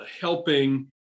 helping